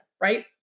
right